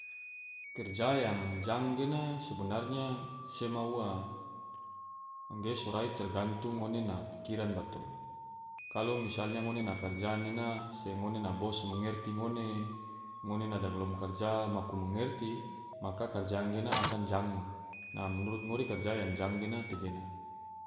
Kerja yang jang gena sebenarnya sema ua, angge sorai tergantung ngone na pikiran bato, kalu misalnya ngone karja nena se ngone na bos mengerti ngone, ngone na dagilom karja maku mengerti maka karja gena akan jang. menurut ngori karja yang gena tegena